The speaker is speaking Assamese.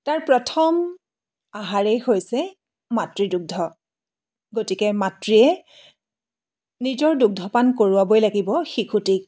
তাৰ প্ৰথম আহাৰেই হৈছে মাতৃৰ দুগ্ধ গতিকে মাতৃয়ে নিজৰ দুগ্ধপান কৰোৱাবই লাগিব শিশুটিক